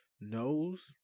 knows